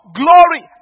glory